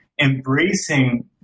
embracing